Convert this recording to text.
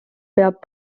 peab